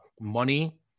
money